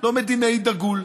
לא מדינאי דגול.